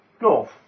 North